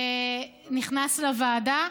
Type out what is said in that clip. נכנס לוועדה,